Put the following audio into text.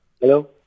Hello